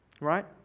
right